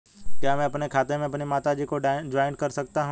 क्या मैं अपने खाते में अपनी माता जी को जॉइंट कर सकता हूँ?